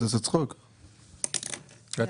הצבעה סעיף 2 אושר.